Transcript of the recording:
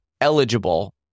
eligible